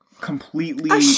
completely